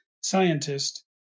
scientist